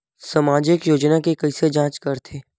सामाजिक योजना के कइसे जांच करथे?